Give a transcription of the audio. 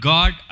God